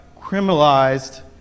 criminalized